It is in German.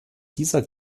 dieser